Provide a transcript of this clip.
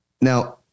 Now